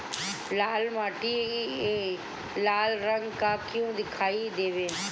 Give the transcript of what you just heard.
लाल मीट्टी लाल रंग का क्यो दीखाई देबे?